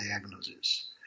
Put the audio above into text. diagnosis